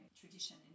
tradition